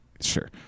Sure